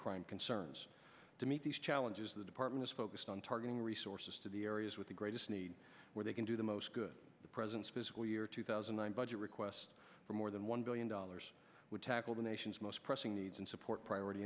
crime concerns to meet these challenges the department is focused on targeting resources to the areas with the greatest need where they can do the most good the president's fiscal year two thousand one budget request for more than one billion dollars would tackle the nation's most pressing needs and support priority